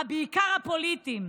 בעיקר הפוליטיים.